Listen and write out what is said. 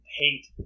hate